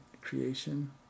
creation